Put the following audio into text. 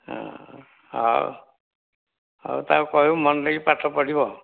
ହଉ ହଉ ତାକୁ କହିବୁ ମନଦେଇକି ପାଠ ପଢ଼ିବ